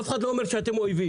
אף אחד לא אומר שאתם אויבים.